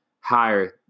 higher